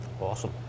Awesome